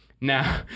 Now